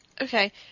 Okay